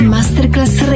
Masterclass